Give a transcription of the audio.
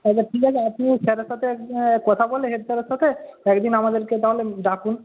আচ্ছা ঠিক আছে আপনি ওই স্যারের সাথে কথা বলে হেডস্যারের সাথে একদিন আমাদেরকে তাহলে ডাকুন